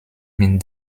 mit